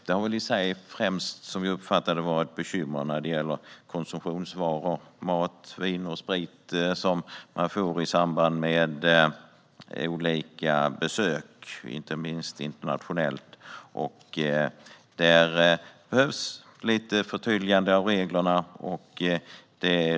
Det har väl främst, som vi uppfattar det, varit bekymmer när det gäller konsumtionsvaror som mat, vin och sprit som man får i samband med olika besök, inte minst internationellt. Där behövs lite förtydligande av reglerna.